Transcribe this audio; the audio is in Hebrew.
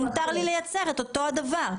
מותר לי לייצר את אותו הדבר.